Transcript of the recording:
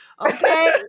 Okay